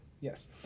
Yes